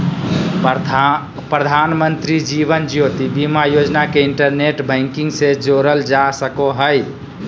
प्रधानमंत्री जीवन ज्योति बीमा योजना के इंटरनेट बैंकिंग से जोड़ल जा सको हय